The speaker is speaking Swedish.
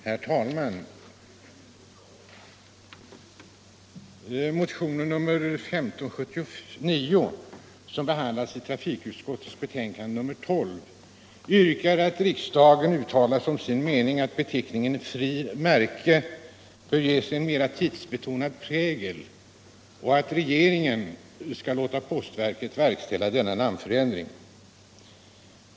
Herr talman! I motionen 1975/76:1579, som behandlas i trafikutskottets betänkande nr 12, yrkas att riksdagen som sin mening uttalar att beteckningen frimärke bör ges en mera tidsbetonad prägel och att regeringen skall låta postverket verkställa denna namnförändring.